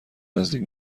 نزدیک